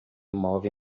move